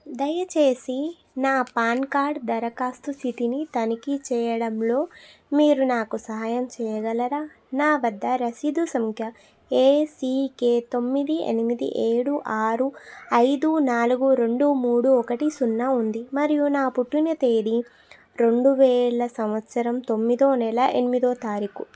దయచేసి నా PAN card దరఖాస్తు స్థితిని తనిఖీ చేయడంలో మీరు నాకు సహాయం చేయగలరా నా వద్ద రసీదు సంఖ్య ఏసికే తొమ్మిది ఎనిమిది ఏడు ఆరు ఐదు నాలుగు రెండు మూడు ఒకటి సున్నా ఉంది మరియు నా పుట్టిన తేదీ రెండు వేల సంవత్సరం తొమ్మిదో నెల ఎనిమిదో తారీఖు